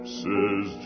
says